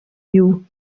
you